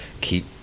keep